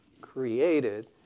created